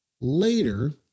Later